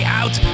out